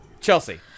Chelsea